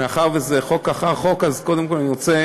מאחר שזה חוק אחר חוק, קודם כול אני רוצה